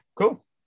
Cool